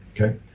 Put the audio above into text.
okay